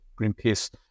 Greenpeace